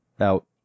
out